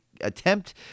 attempt